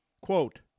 Quote